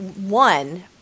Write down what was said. one